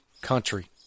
country